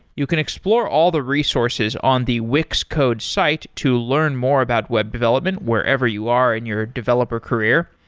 you can explore all the resources on the wix code's site to learn more about web development wherever you are in your developer career.